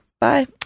bye